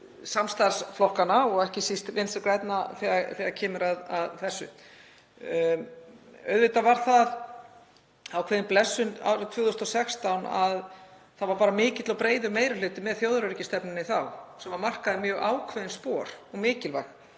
samstarfsflokkanna og ekki síst Vinstri grænna þegar kemur að þessu. Auðvitað var það ákveðin blessun árið 2016 að það var mikill og breiður meiri hluti með þjóðaröryggisstefnunni þá sem markaði mjög ákveðin spor og mikilvæg.